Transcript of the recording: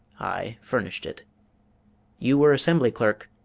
i furnished it you were assembly-clerk,